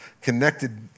connected